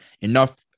enough